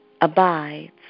abides